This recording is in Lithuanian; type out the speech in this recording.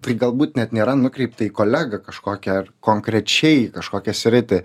tai galbūt net nėra nukreipta į kolegą kažkokią ar konkrečiai kažkokią sritį